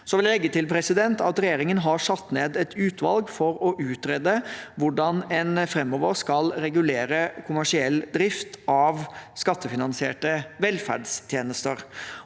Jeg vil legge til at regjeringen har satt ned et utvalg for å utrede hvordan en framover skal regulere kommersiell drift av skattefinansierte velferdstjenester.